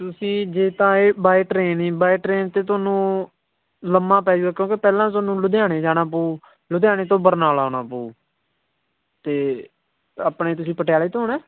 ਤੁਸੀਂ ਜੇ ਤਾਂ ਆਏ ਬਾਏ ਟਰੇਨ ਜੀ ਬਾਏ ਟਰੇਨ 'ਤੇ ਤੁਹਾਨੂੰ ਲੰਮਾ ਪੈ ਜੁਗਾ ਕਿਉਂਕਿ ਪਹਿਲਾਂ ਤੁਹਾਨੂੰ ਲੁਧਿਆਣੇ ਜਾਣਾ ਪਊ ਲੁਧਿਆਣੇ ਤੋਂ ਬਰਨਾਲਾ ਆਉਣਾ ਪਊ ਅਤੇ ਆਪਣੇ ਤੁਸੀਂ ਪਟਿਆਲੇ ਤੋਂ ਆਉਣਾ